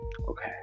Okay